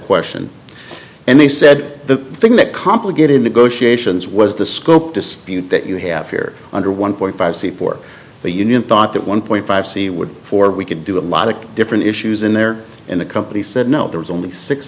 question and they said the thing that complicated negotiations was the scope dispute that you have here under one point five c four the union thought that one point five c would be for we could do a lot of different issues in there and the company said no there was only six